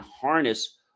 harness